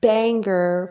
Banger